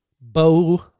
Bo